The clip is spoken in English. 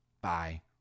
Bye